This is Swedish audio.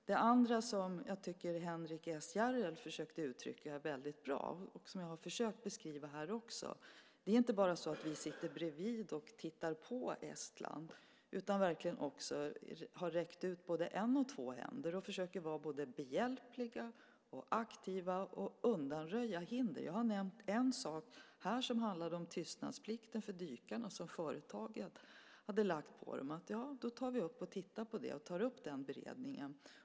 Det andra som jag tycker att Henrik S Järrel väldigt bra försökte uttrycka, och som också jag här har försökt att beskriva är följande. Det är inte så att vi bara sitter bredvid och tittar på Estland, utan vi har verkligen räckt ut både en och två händer. Vi försöker både vara behjälpliga och aktiva och undanröja hinder. Jag har här nämnt en sak som handlar om tystnadsplikten för dykarna och som företaget lagt på dem. Ja, då tar vi upp det och tittar på det. Vi tar upp den beredningen.